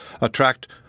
attract